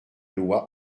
loi